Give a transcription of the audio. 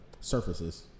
surfaces